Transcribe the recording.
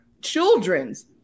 children's